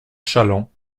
challans